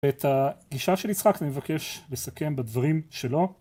את הגישה של יצחק אני מבקש לסכם בדברים שלו